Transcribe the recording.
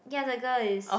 ya the girl is